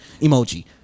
emoji